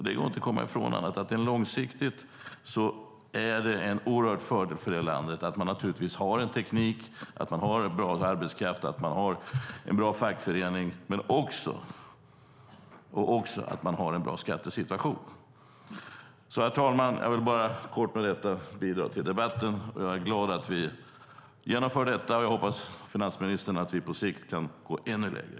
Det går inte komma ifrån att långsiktigt är det naturligtvis en oerhörd fördel för landet att man har en teknik, att man har bra arbetskraft och att man har en bra fackförening men också att man har en bra skattesituation. Herr talman! Jag ville bara kort med detta bidra till debatten. Jag är glad att vi genomför detta och hoppas, finansministern, att vi på sikt kan gå ännu längre.